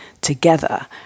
together